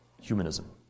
Humanism